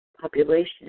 population